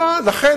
לכן,